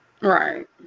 Right